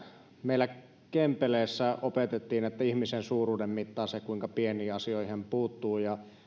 meillä kempeleessä opetettiin että ihmisen suuruuden mittaa se kuinka pieniin asioihin hän puuttuu